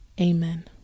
Amen